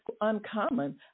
uncommon